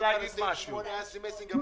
ימינה מציעות: אחרי סעיף 9 יבוא: "(א)